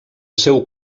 seu